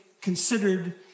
considered